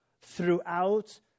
throughout